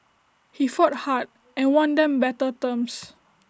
he fought hard and won them better terms